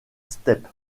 steppe